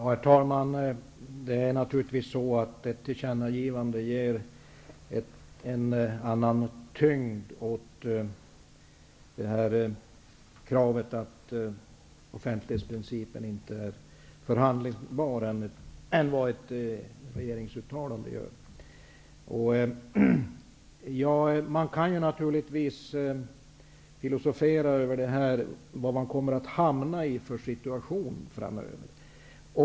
Herr talman! Ett tillkännagivande ger naturligtvis en annan tyngd åt kravet att offentlighetsprincipen inte är förhandlingsbar än vad ett regeringsuttalande ger. Man kan filosofera över vilken situation vi kommer att hamna i framöver.